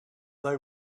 they